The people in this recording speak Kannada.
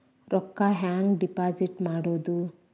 ರೊಕ್ಕ ಹೆಂಗೆ ಡಿಪಾಸಿಟ್ ಮಾಡುವುದು?